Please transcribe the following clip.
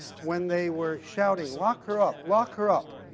when they were shouting, lock her up! lock her up!